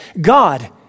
God